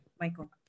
Michael